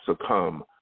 succumb